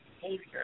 behavior